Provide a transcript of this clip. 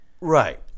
Right